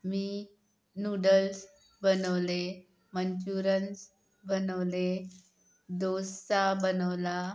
मी noodles बनवले manchurians बनवले डोसा बनवला